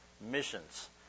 missions